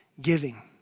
giving